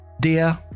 Dear